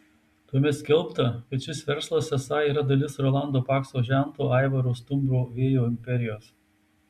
tuomet skelbta kad šis verslas esą yra dalis rolando pakso žento aivaro stumbro vėjo imperijos